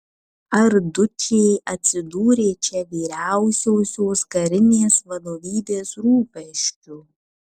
ar dučė atsidūrė čia vyriausiosios karinės vadovybės rūpesčiu